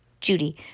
Judy